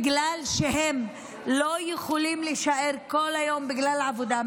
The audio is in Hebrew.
בגלל שהם לא יכולים להישאר כל היום בגלל העבודה,